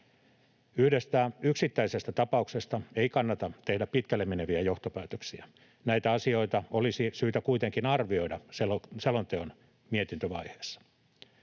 Yhdestä yksittäisestä tapauksesta ei kannata tehdä pitkälle meneviä johtopäätöksiä. Näitä asioita olisi syytä kuitenkin arvioida selonteon mietintövaiheessa.